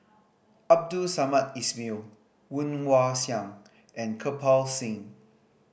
Abdul Samad Ismail Woon Wah Siang and Kirpal Singh